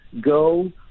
go